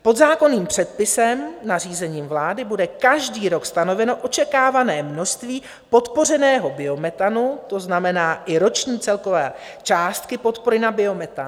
Podzákonným předpisem, nařízením vlády, bude každý rok stanoveno očekávané množství podpořeného biometanu, to znamená i roční celkové částky podpory na biometan.